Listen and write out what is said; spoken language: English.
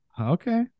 Okay